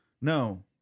no